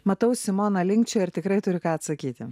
matau simona linkčioja ir tikrai turi ką atsakyti